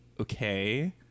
okay